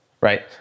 right